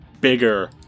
bigger